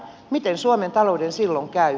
miten suomen talouden silloin käy